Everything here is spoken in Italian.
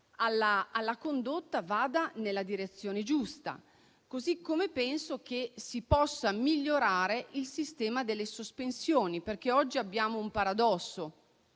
alla condotta vada nella direzione giusta. Così come penso si possa migliorare il sistema delle sospensioni. Oggi abbiamo il paradosso